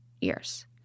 years